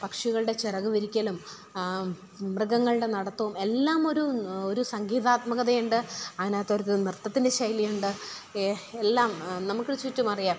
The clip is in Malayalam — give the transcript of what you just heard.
പക്ഷികളുടെ ചിറക് വിരിക്കലും മൃഗങ്ങളുടെ നടത്തവും എല്ലാമൊരു ഒരു സംഗീതാത്മ കഥയുണ്ട് അതിനകത്തൊരു നൃത്തത്തിൻ്റെ ശൈലിയുണ്ട് എല്ലാം നമുക്ക് ചുറ്റും അറിയാം